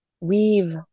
weave